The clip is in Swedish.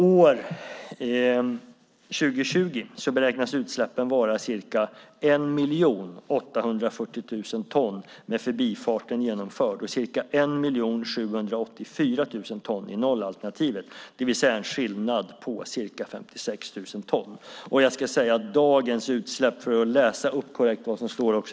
År 2020 beräknas utsläppen vara ca 1 840 000 ton med förbifarten genomförd och ca 1 784 000 ton i nollalternativet, det vill säga en skillnad på ca 56 000 ton.